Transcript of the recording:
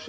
detta.